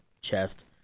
chest